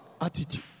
Attitude